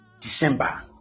December